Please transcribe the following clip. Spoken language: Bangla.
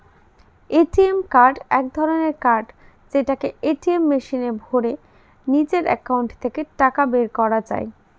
এ.টি.এম কার্ড এক ধরনের কার্ড যেটাকে এটিএম মেশিনে ভোরে নিজের একাউন্ট থেকে টাকা বের করা যায়